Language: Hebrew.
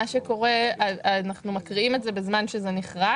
מה שקורה זה שאנחנו מקריאים את זה בזמן שזה נכרת.